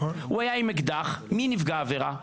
הוא היה עם אקדח, מי נפגע העבירה?